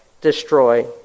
destroy